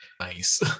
Nice